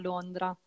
Londra